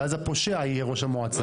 ואז הפושע יהיה ראש המועצה.